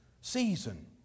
season